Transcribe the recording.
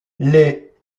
les